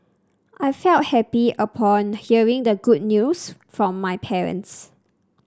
I felt happy upon hearing the good news from my parents